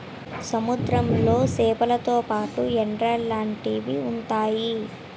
సముద్రంలో సేపలతో పాటు ఎండ్రలు లాంటివి ఉంతాయి